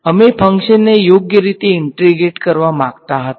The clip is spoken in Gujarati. તેથી અમે ફંક્શન ને યોગ્ય રીતે ઈંટેગ્રેટ કરવા માગતા હતા